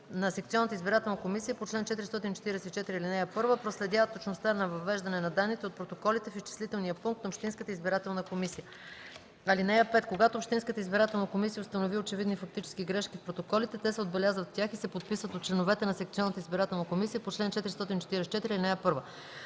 на секционната избирателна комисия по чл. 444, ал. 1 проследяват точността на въвеждане на данните от протоколите в изчислителния пункт на общинската избирателна комисия. (5) Когато общинската избирателна комисия установи очевидни фактически грешки в протоколите, те се отбелязват в тях и се подписват от членовете на секционната избирателна комисия по чл. 444, ал. 1.